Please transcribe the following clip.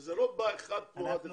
וזה לא בא אחד תמורת אחד,